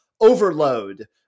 overload